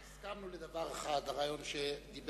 הסכמנו בדבר אחד, הרעיון שגם